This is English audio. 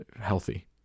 healthy